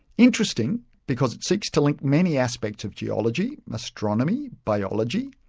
interesting because it seeks to link many aspects of geology, astronomy, biology,